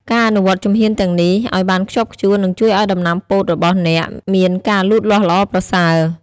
ការអនុវត្តជំហានទាំងនេះឱ្យបានខ្ជាប់ខ្ជួននឹងជួយឱ្យដំណាំពោតរបស់អ្នកមានការលូតលាស់ល្អប្រសើរ។